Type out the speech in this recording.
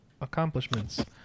accomplishments